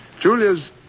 Julia's